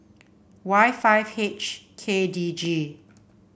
Y five H K D G